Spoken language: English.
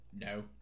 No